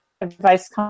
advice